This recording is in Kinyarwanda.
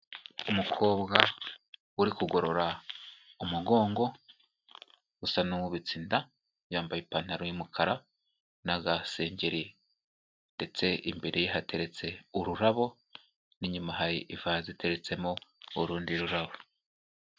Umukobwa uri kugorora umugongo usa n'uwubitse inda, yambaye ipantaro y'umukara n'agasengeri ndetse imbere ye hateretse ururabo n'inyuma hari ivazi iteretsemo urundi rurabo.